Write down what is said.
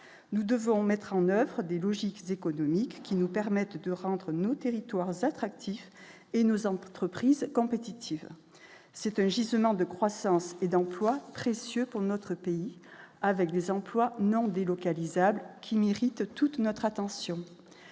nous devons mettre en oeuvre des logiques économiques qui nous permette de rendre nos territoires attractif et nos entreprises compétitives, c'est un gisement de croissance et d'emplois précieux pour notre pays, avec des emplois non délocalisables qui mérite toute notre attention,